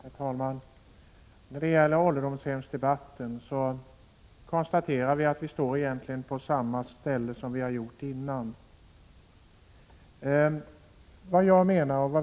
Herr talman! När det gäller ålderdomshemsdebatten konstaterar jag att vi egentligen står på samma ställe som vi gjorde tidigare.